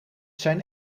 zijn